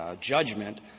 Judgment